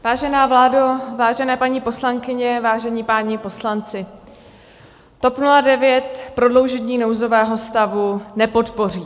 Vážená vládo, vážené paní poslankyně, vážení páni poslanci, TOP 09 prodloužení nouzového stavu nepodpoří.